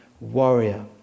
warrior